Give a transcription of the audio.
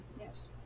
Yes